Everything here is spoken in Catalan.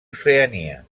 oceania